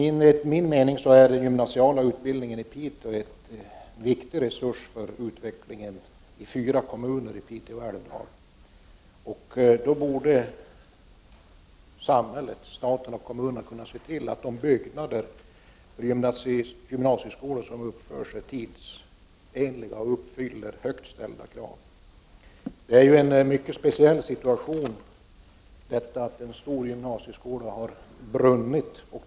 Enligt min mening är den gymnasiala utbildningen i Piteå en viktig resurs för utvecklingen i fyra kommuner i Piteå älvdal. Då borde samhället, staten och kommunen, kunna se till att de byggnader för gymnasieskolan som uppförs är tidsenliga och uppfyller högt ställda krav. Det är en mycket speciell situation att en stor gymnasieskola har brunnit.